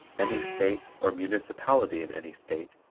any state or municipality in any state